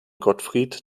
gottfried